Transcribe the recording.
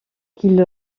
qu’il